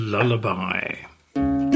Lullaby